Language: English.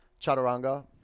chaturanga